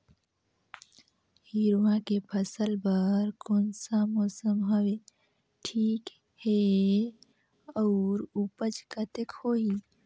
हिरवा के फसल बर कोन सा मौसम हवे ठीक हे अउर ऊपज कतेक होही?